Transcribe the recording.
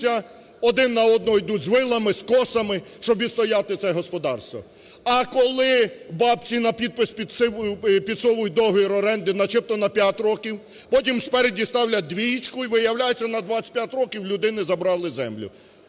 один на одного йдуть з вилами, з косами, щоб відстояти це господарство. А коли бабці на підпис підсовують договір оренди начебто на п'ять років, потім спереду ставлять двоєчку і виявляється на 25 років у людини забрали землю.